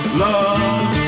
love